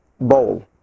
bowl